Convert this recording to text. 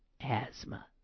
asthma